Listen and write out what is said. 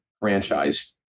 franchise